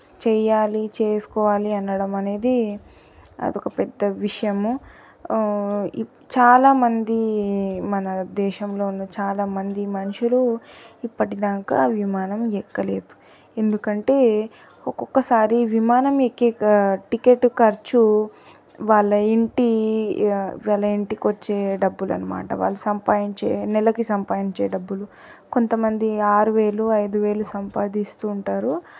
చేయాలి చేసుకోవాలి అనడం అనేది అదొక పెద్ద విషయము చాలామంది మన దేశంలో ఉన్న చాలా మంది మనుషులు ఇప్పటిదాకా విమానం ఎక్కలేదు ఎందుకంటే ఒక్కొక్కసారి విమానం ఎక్కే టికెట్ ఖర్చు వాళ్ళ ఇంటి వాళ్ళ ఇంటికి వచ్చే డబ్బులు అనమాట వాళ్ళు సంపాదించే నెలకు సంపాదించే డబ్బులు కొంతమంది ఆరు వేలు ఐదు వేలు సంపాదిస్తూ ఉంటారు